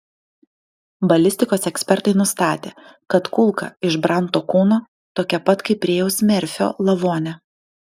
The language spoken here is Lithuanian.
balistikos ekspertai nustatė kad kulka iš branto kūno tokia pat kaip rėjaus merfio lavone